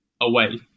away